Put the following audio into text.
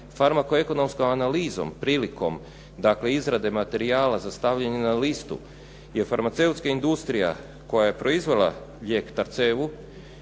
ekonomskom analizom, prilikom dakle izrade materijala za stavljanje na listu je farmaceutska industrija koja je proizvela lijek Tarcevu